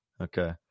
okay